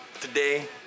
today